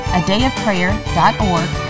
adayofprayer.org